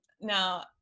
Now